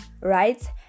right